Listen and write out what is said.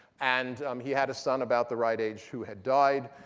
and he had a son about the right age who had died,